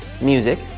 Music